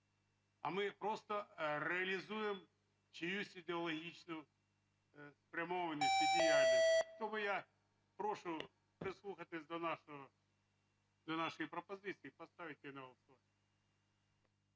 а ми просто реалізуємо чиюсь ідеологічну спрямованість і діяльність. Тому я прошу прислухатись до нашої пропозиції і поставити її на